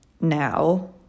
now